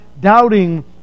doubting